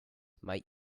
might